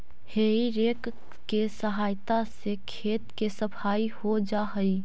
हेइ rake के सहायता से खेत के सफाई हो जा हई